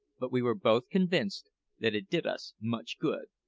but we were both convinced that it did us much good.